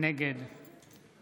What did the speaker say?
נגד